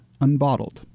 Unbottled